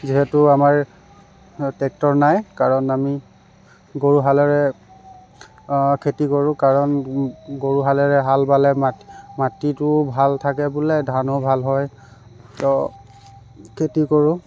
যিহেতু আমাৰ ট্ৰেক্টৰ নাই কাৰণ আমি গৰুহালৰে খেতি কৰো কাৰণ গৰুহালেৰে হাল বালে মাটি মাটিটো ভাল থাকে বোলে ধানো ভাল হয় ত খেতি কৰোঁ